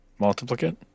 Multiplicate